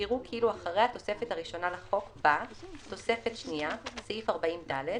יראו כאילו אחרי התוספת הראשונה לחוק בא: "תוספת שנייה (סעיף 40ד)